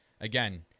again